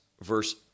verse